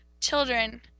children